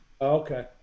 Okay